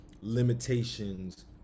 limitations